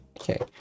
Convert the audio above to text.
Okay